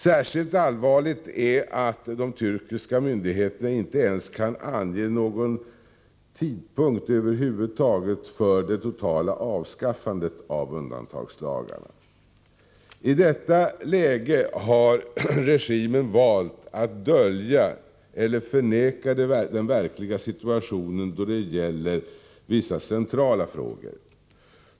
Särskilt allvarligt är att de turkiska myndigheterna inte ens kan ange någon tidpunkt för det totala avskaffandet av undantagslagarna. I detta läge har regimen valt att dölja eller förneka den verkliga situationen då det gäller vissa centrala frågor.